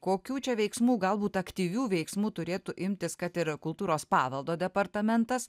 kokių čia veiksmų galbūt aktyvių veiksmų turėtų imtis kad ir kultūros paveldo departamentas